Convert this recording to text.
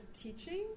teaching